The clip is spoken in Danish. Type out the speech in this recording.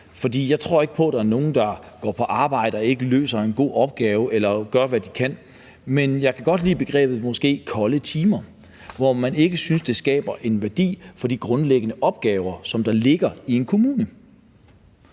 jeg tror ikke på, at der er nogen, der går på arbejde og ikke løser en god opgave eller gør, hvad de kan, men jeg kan godt lide begrebet kolde timer, der betyder, at der ikke skabes en værdi for de grundlæggende opgaver, der ligger i en kommune.